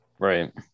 Right